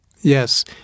Yes